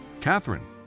Catherine